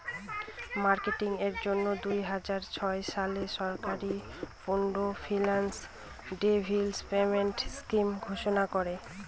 marketing এর জন্য দুই হাজার ছয় সালে সরকার পুল্ড ফিন্যান্স ডেভেলপমেন্ট স্কিম ঘোষণা করে